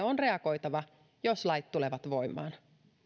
on reagoitava jos lait tulevat voimaan